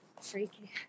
Freaky